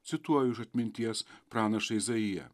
cituoju iš atminties pranašą izaiją